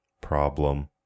problem